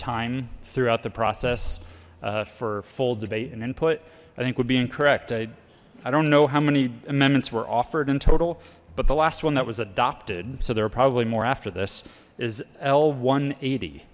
time throughout the process for full debate and input i think would be incorrect i i don't know how many amendments were offered in total but the last one that was adopted so they were probably more after this is l one